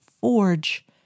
forge